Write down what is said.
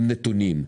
עם נתונים,